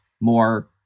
more